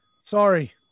Sorry